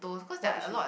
white sugar